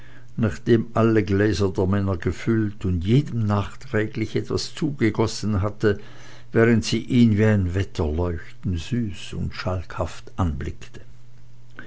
nachdem sie alle gläser der männer gefüllt und jedem nachträglich etwas zugegossen hatte während sie ihn wie ein wetterleuchten süß und schalkhaft anblickte